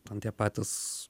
ten tie patys